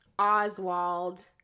Oswald